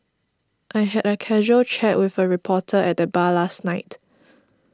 I had a casual chat with a reporter at the bar last night